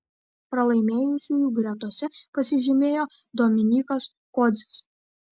pralaimėjusiųjų gretose pasižymėjo dominykas kodzis